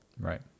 Right